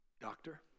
doctor